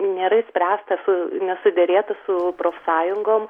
nėra išspręstas nesuderėta su profsąjungom